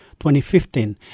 2015